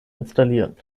installieren